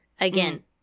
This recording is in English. again